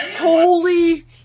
Holy